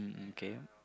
okay